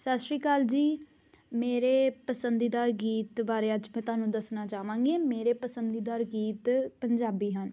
ਸਤਿ ਸ਼੍ਰੀ ਅਕਾਲ ਜੀ ਮੇਰੇ ਪਸੰਦੀਦਾਰ ਗੀਤ ਬਾਰੇ ਅੱਜ ਮੈਂ ਤੁਹਾਨੂੰ ਚਾਹਾਂਗੀ ਮੇਰੇ ਪਸੰਦੀਦਾਰ ਗੀਤ ਪੰਜਾਬੀ ਹਨ